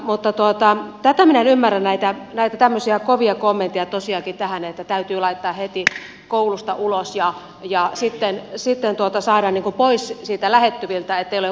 mutta tätä minä en ymmärrä näitä tämmöisiä kovia kommentteja tosiaankaan että täytyy laittaa heti koulusta ulos ja sitten saada pois siitä lähettyviltä ettei ole vaaraksi muille